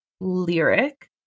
lyric